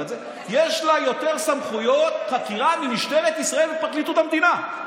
יש לה יותר סמכויות חקירה ממשטרת ישראל ופרקליטות המדינה.